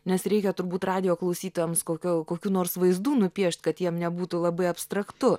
nes reikia turbūt radijo klausytojams kokio kokių nors vaizdų nupiešt kad jiems nebūtų labai abstraktu